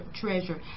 treasure